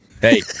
Hey